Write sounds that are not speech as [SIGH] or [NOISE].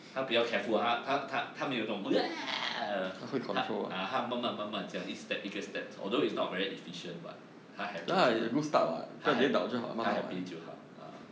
她比较 careful 她她她她没有那种 [NOISE] 她 ah 她慢慢慢慢这样 although it's not very efficient but 她 happy 就好她 ha~ 她 happy 就好 uh